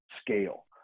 scale